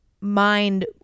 mind